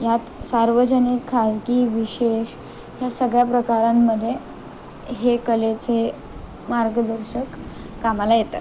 यात सार्वजनिक खाजगी विशेष ह्या सगळ्या प्रकारांमध्ये हे कलेचे मार्गदर्शक कामाला येतात